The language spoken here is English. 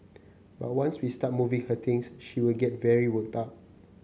but once we start moving her things she will get very worked up